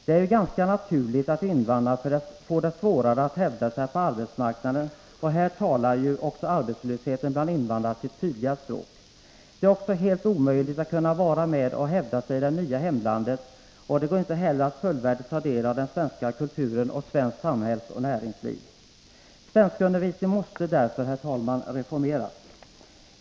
Det är ganska naturligt att invandrarna har svårare än andra att hävda sig på arbetsmarknaden, och här talar också arbetslösheten bland invandrarna sitt tydliga språk. Det är också helt omöjligt för dem att utan kunskaper i svenska hävda sig i det nya hemlandet, och de kan inte heller fullvärdigt ta del av svensk kultur och svenskt samhällsoch näringsliv. Svenskundervisningen måste därför, herr talman, reformeras.